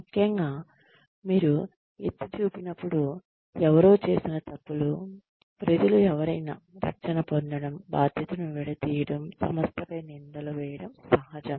ముఖ్యంగా మీరు ఎత్తి చూపినప్పుడు ఎవరో చేసిన తప్పులు ప్రజలు ఎవరైనా రక్షణ పొందడం బాధ్యతను విడదీయడం సంస్థపై నిందలు వేయడం సహజం